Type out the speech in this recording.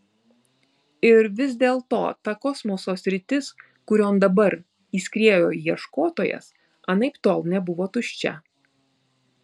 ir vis dėlto ta kosmoso sritis kurion dabar įskriejo ieškotojas anaiptol nebuvo tuščia